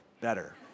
better